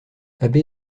abbé